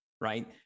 right